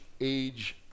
age